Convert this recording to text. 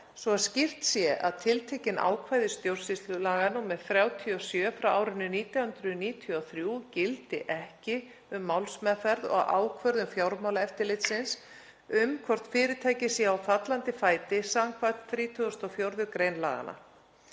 að skýrt sé að tiltekin ákvæði stjórnsýslulaga, nr. 37/1993, gildi ekki um málsmeðferð og ákvörðun fjármálaeftirlitsins um hvort fyrirtæki sé á fallandi fæti skv. 34. gr. laganna,